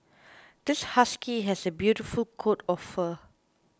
this husky has a beautiful coat of fur